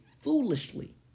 foolishly